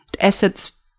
assets